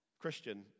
Christian